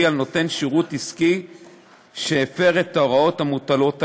על נותן שירות עסקי שהפר את ההוראות המוטלות עליו.